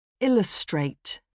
Illustrate